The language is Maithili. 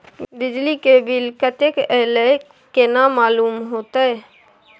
बिजली के बिल कतेक अयले केना मालूम होते?